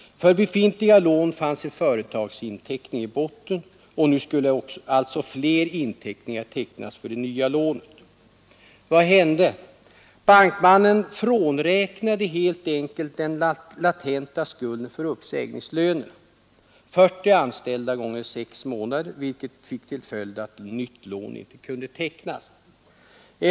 För befintliga lån fanns företagsinteckning i botten. Och nu skulle alltså fler inteckningar tecknas för det nya lånet. Vad hände? Bankmannen frånräknade helt enkelt den latenta skulden för uppsägningslönerna, 40 anställda gånger 6 månader, vilket fick till följd att nytt lån inte kunde tecknas.